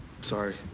Sorry